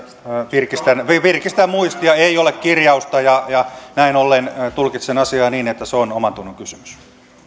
virkistän muistia ei ole kirjausta näin ollen tulkitsen asiaa niin että se on omantunnonkysymys